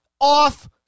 off